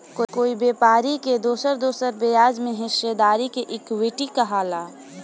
कोई व्यापारी के दोसर दोसर ब्याज में हिस्सेदारी के इक्विटी कहाला